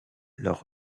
leur